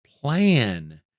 plan